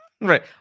right